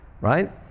right